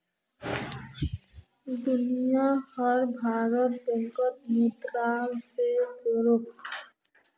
दुनिया भारोत हर मुल्केर मुद्रा अपासोत एक सम्बन्ध को जोड़ोह